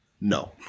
no